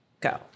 Go